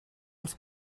els